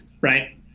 right